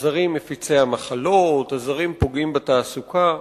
הזרים מפיצי המחלות, הזרים פוגעים בתעסוקה.